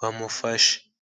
bamufashe.